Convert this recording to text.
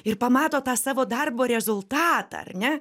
ir pamato tą savo darbo rezultatą ar ne